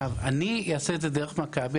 אני אעשה את זה דרך מכבי.